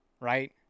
right